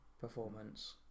performance